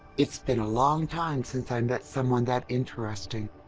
it's been a long time since i met someone that interesting.